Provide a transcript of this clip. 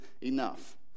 enough